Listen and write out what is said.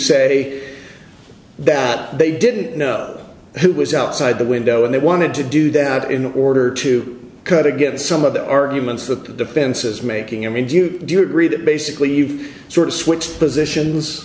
say that they didn't know who was outside the window and they wanted to do that in order to cut again some of the arguments that the defense is making i mean do you do you agree that basically you've sort of switched positions